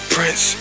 Prince